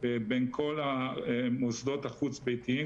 בין כל המוסדות החוץ-ביתיים,